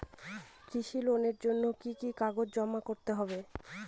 কৃষি লোনের জন্য কি কি কাগজ জমা করতে হবে?